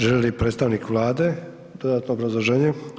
Želi li predstavnik Vlade dodatno obrazložnje?